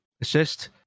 assist